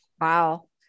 Wow